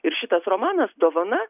ir šitas romanas dovana